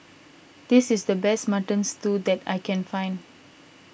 this is the best Mutton Stew that I can find